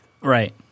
right